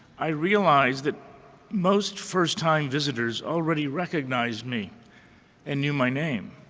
i realized that most first time visitors already recognized me and knew my name.